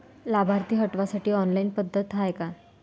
लाभार्थी हटवासाठी ऑनलाईन पद्धत हाय का?